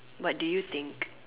what do you think